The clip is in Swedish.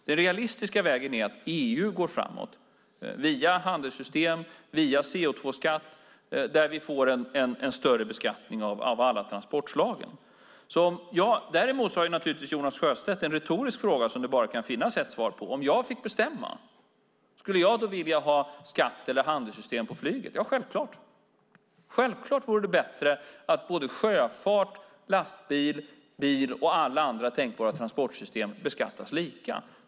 Den realistiska vägen är att EU går framåt via handelssystem och via CO2-skatt, där vi får en större beskattning av alla transportslagen. Däremot har Jonas Sjöstedt en retorisk fråga som det bara kan finnas ett svar på. Skulle jag, om jag fick bestämma, vilja ha skatt eller handelssystem för flyget? Ja, självklart. Självklart vore det bättre att både sjöfart, lastbil, bil och alla andra tänkbara transportslag beskattades lika.